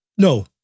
No